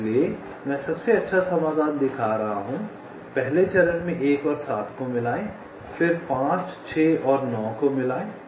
इसलिए मैं सबसे अच्छा समाधान दिखा रहा हूं पहले चरण में 1 और 7 को मिलाएं फिर 5 6 और 9 को मिलाएं